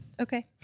okay